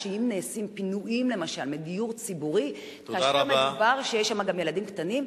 אם נעשים פינויים מדיור ציבורי כאשר יש גם ילדים קטנים,